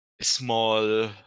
small